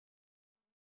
the farm